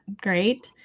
great